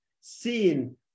seen